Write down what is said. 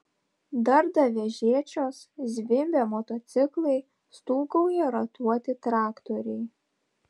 darda vežėčios zvimbia motociklai stūgauja ratuoti traktoriai